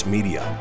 Media